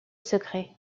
secret